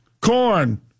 corn